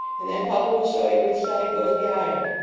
and then papa will show you which side goes behind.